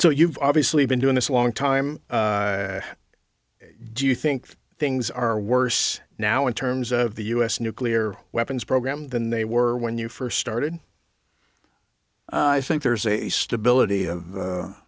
so you've obviously been doing this a long time do you think things are worse now in terms of the u s nuclear weapons program than they were when you first started i think there's a stability of